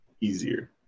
easier